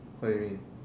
what you mean